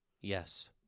Yes